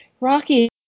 Rocky